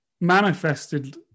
manifested